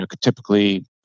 typically